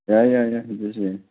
ꯌꯥꯏ ꯌꯥꯏ ꯌꯥꯏ ꯑꯗꯨꯁꯨ ꯌꯥꯏ